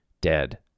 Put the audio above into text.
dead